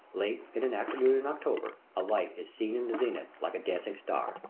late in an afternoon in october, a light is seen in the zenith like a dancing star.